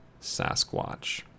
Sasquatch